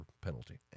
penalty